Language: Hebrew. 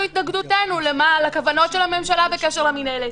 את התנגדותנו לכוונות של הממשלה בקשר למנהלת.